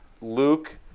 Luke